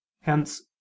Hence